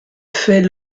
fait